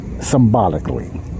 symbolically